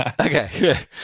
Okay